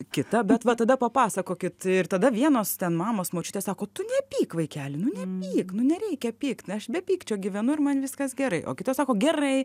kita bet va tada papasakokit ir tada vienos mamos močiutės sako tu nepyk vaikeli nu nepyk nereikia pykt aš be pykčio gyvenu ir man viskas gerai o kitos sako gerai